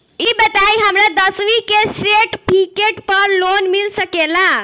ई बताई हमरा दसवीं के सेर्टफिकेट पर लोन मिल सकेला?